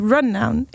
Rundown